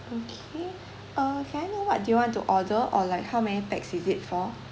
okay uh can I know what do you want to order or like how many pax is it for